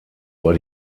war